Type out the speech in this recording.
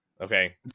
okay